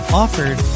offered